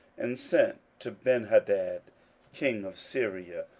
and sent to benhadad king of syria,